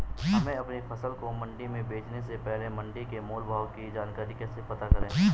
हमें अपनी फसल को मंडी में बेचने से पहले मंडी के मोल भाव की जानकारी कैसे पता करें?